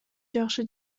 жакшы